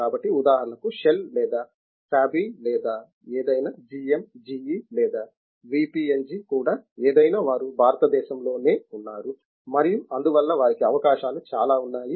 కాబట్టి ఉదాహరణకు షెల్ లేదా సాబీ లేదా ఏదైనా GM GE లేదా VPNG కూడా ఏదైనా వారు భారతదేశంలో నే ఉన్నారు మరియు అందువల్ల వారికి అవకాశాలు చాలా ఉన్నాయి